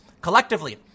Collectively